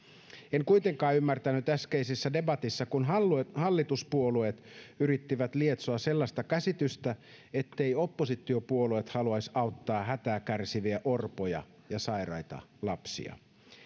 en kuitenkaan ymmärtänyt äskeisessä debatissa kun hallituspuolueet yrittivät lietsoa sellaista käsitystä etteivät oppositiopuolueet haluaisi auttaa hätää kärsiviä orpoja ja sairaita lapsia